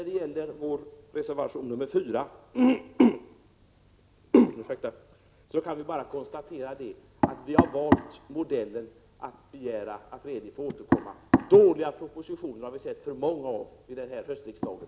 Beträffande vår reservation 4 kan vi bara konstatera att vi har valt modellen att begära att regeringen får återkomma. Vi har sett för många dåliga propositioner under den här höstsessionen.